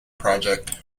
project